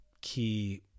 key